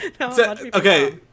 Okay